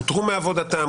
פוטרו מעבודתם,